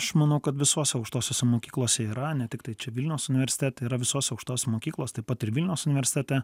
aš manau kad visose aukštosiose mokyklose yra ne tiktai čia vilniaus universitete yra visose aukštose mokyklose taip pat ir vilniaus universitete